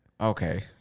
Okay